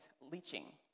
leaching